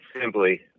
simply